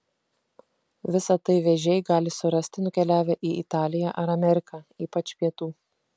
visa tai vėžiai gali surasti nukeliavę į italiją ar ameriką ypač pietų